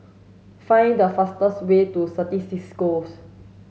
find the fastest way to Certis Cisco